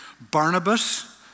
Barnabas